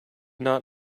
not